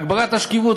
הגברת השקיפות,